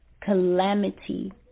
calamity